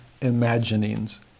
imaginings